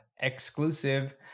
exclusive